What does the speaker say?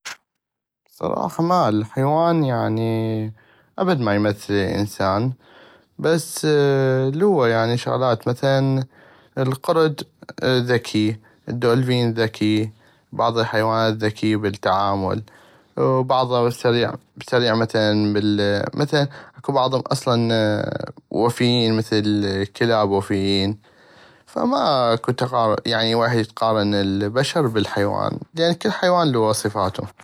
بصراحة ما الا حيوان يعني ابد ما يمثل الانسان بس لو شغلات مثلا القرد ذكي الدولفين ذكي بعض الحيوانات ذكي بل التعامل وبعضها سريع مثلا مثل اكو بعضم اصلا وفيين مثل الكلاب وفيين فماكو تقارن يعني يتارن بشر بحيوان لان كل حيوان لو صفاتو.